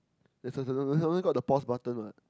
there's there's there's something called the pause button what